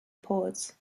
poets